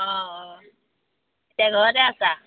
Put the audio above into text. অঁ এতিয়া ঘৰতে আছা